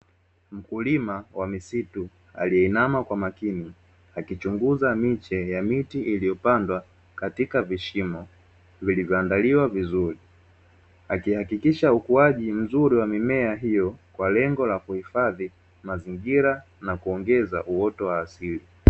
Mkulima wa misitu aliyeinama kwa makini akichunguza miche ya miti iliyopandwa katika vishimo vilivyoandaliwa vizuri, akihakikisha ukuaji mzuri wa mimea hiyo kwa lengo la kuhifadhi mazingira na kuongeza uoto wa asili.